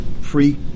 free